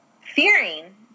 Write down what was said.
fearing